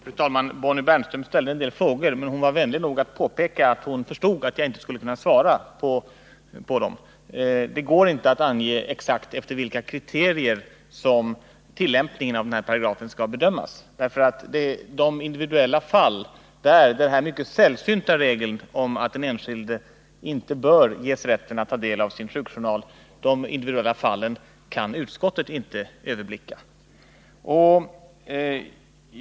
Fru talman! Bonnie Bernström ställde en del frågor, men hon var vänlig nogatt påpeka att hon förstod att jag inte skulle kunna svara på dem. Det går inte att exakt ange efter vilka kriterier som tillämpningen av den här paragrafen skall ske. De mycket sällsynta individuella fallen, där den här regeln om att en enskild inte bör ges rätt att ta del av sin sjukjournal kan komma att tillämpas, kan nämligen inte utskottet överblicka.